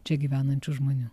čia gyvenančių žmonių